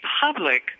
public